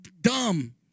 dumb